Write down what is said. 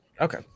okay